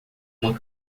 uma